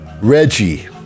Reggie